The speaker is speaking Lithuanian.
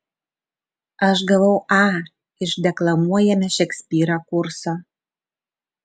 aš gavau a iš deklamuojame šekspyrą kurso